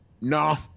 no